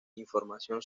información